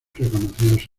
reconocidos